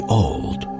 old